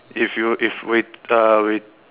if you if you if Wei~ uh Wei~